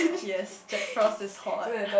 yes check cross this hot